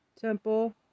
Temple